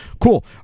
cool